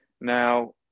Now